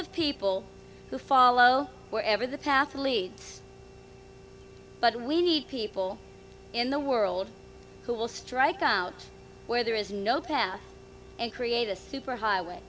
of people who follow wherever the path leads but we need people in the world who will strike out where there is no power and create a superhighway